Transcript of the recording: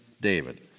David